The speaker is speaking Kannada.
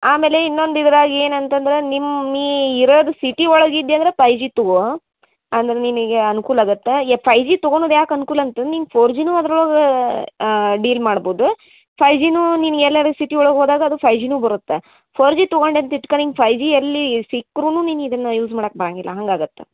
ಆಮೇಲೆ ಇನ್ನೊಂದು ಇದ್ರಾಗ ಏನು ಅಂತಂದ್ರ ನಿಮ್ಮ ನೀ ಇರೋದು ಸಿಟಿ ಒಳಗೆ ಇದ್ಯಂದ್ರ ಪೈ ಜಿ ತೊಗೋ ಆಮೇಲೆ ನಿನಗೆ ಅನ್ಕೂಲ ಆಗತ್ತೆ ಈಗ ಫೈ ಜಿ ತೊಗೊಳದು ಯಾಕೆ ಅನ್ಕುಲ ಅಂತ ನಿಂಗೆ ಫೋರ್ ಜಿನೂ ಅದ್ರೊಳಗ ಡೀಲ್ ಮಾಡ್ಬೊದು ಫೈ ಜಿನೂ ನೀನು ಎಲ್ಯರು ಸಿಟಿ ಒಳಗೆ ಹೋದಾಗ ಅದು ಫೈ ಜಿನೂ ಬರುತ್ತೆ ಫೋರ್ ಜಿ ತೊಗೊಂಡೆ ಅಂತ ಇಟ್ಕೊ ನಿಂಗೆ ಫೈ ಜಿ ಎಲ್ಲಿ ಸಿಕ್ಕರೂನು ನೀನು ಇದನ್ನ ಯೂಸ್ ಮಾಡಕ್ಕೆ ಬರಂಗಿಲ್ಲ ಹಂಗೆ ಆಗತ್ತೆ